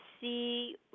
see